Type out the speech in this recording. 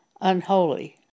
unholy